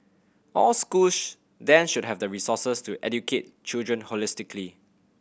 all schools then should have the resources to educate children holistically